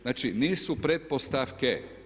Znači, nisu pretpostavke.